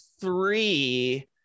three